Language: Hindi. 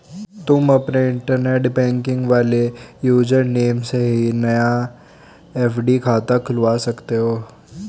तुम अपने इंटरनेट बैंकिंग वाले यूज़र नेम से ही नया एफ.डी खाता खुलवा सकते हो